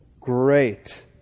Great